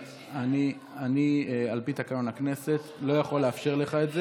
על פי תקנון הכנסת אני לא יכול לאפשר לך את זה.